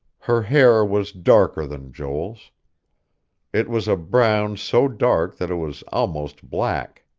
her hair was darker than joel's it was a brown so dark that it was almost black.